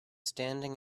standing